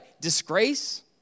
disgrace